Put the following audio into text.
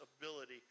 ability